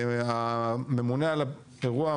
הממונה על האירוע,